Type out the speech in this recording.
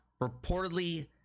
Reportedly